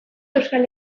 euskal